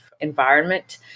environment